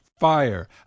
fire